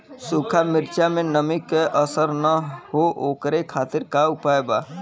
सूखा मिर्चा में नमी के असर न हो ओकरे खातीर का उपाय बा?